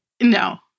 No